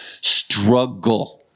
struggle